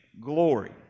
glory